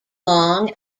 long